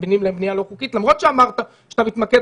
מלבינים להם בנייה לא חוקית למרות שאמרת שאתה מתמקד,